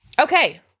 Okay